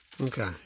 Okay